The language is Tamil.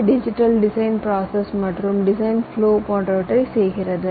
ஐ டிஜிட்டல் டிசைன் பிராசஸ் மற்றும் டிசைன் ப்லோ போன்றவற்றை செய்கிறது